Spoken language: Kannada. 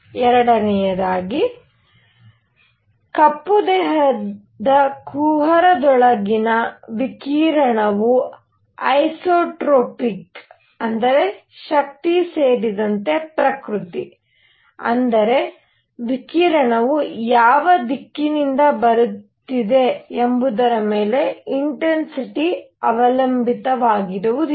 ಸಂಖ್ಯೆ 2 ಕಪ್ಪು ದೇಹದ ಕ್ಯಾವಿಟಿದೊಳಗಿನ ವಿಕಿರಣವು ಐಸೊಟ್ರೊಪಿಕ್ ಅಂದರೆ ಶಕ್ತಿ ಸೇರಿದಂತೆ ಪ್ರಕೃತಿ ಅಂದರೆ ವಿಕಿರಣವು ಯಾವ ದಿಕ್ಕಿನಿಂದ ಬರುತ್ತಿದೆ ಎಂಬುದರ ಮೇಲೆ ಇನ್ಟೆನ್ಸಿಟಿ ಅವಲಂಬಿತವಾಗಿರುವುದಿಲ್ಲ